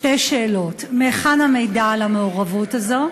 שתי שאלות: 1. מהיכן המידע על המעורבות הזאת?